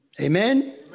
Amen